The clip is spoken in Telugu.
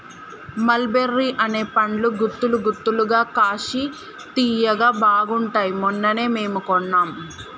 మల్ బెర్రీ అనే పండ్లు గుత్తులు గుత్తులుగా కాశి తియ్యగా బాగుంటాయ్ మొన్ననే మేము కొన్నాం